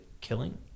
Killing